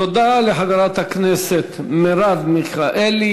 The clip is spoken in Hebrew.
תודה לחברת הכנסת מרב מיכאלי.